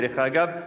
דרך אגב,